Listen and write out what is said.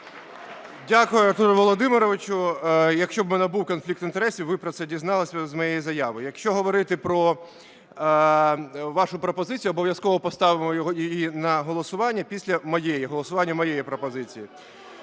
Дякую, Артуре Володимировичу. Якщо б в мене був конфлікт інтересів, ви б про це дізналися з моєї заяви. Якщо говорити про вашу пропозицію, обов'язково поставимо її на голосування після моєї, голосування моєї пропозиції.